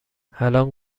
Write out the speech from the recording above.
الان